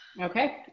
Okay